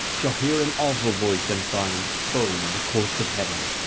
shall hear an awful voice, and find foam in the courts of heaven.